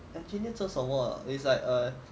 engineer 做什么 is like a